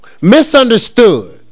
misunderstood